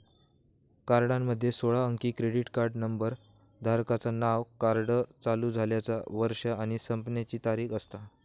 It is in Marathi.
कार्डामध्ये सोळा अंकी क्रेडिट कार्ड नंबर, धारकाचा नाव, कार्ड चालू झाल्याचा वर्ष आणि संपण्याची तारीख असता